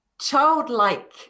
childlike